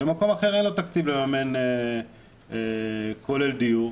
ומקום אחר אין לו תקציב לממן כולל דיור,